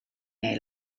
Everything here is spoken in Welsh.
neu